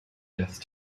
death